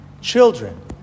Children